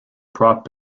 prop